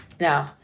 Now